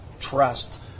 trust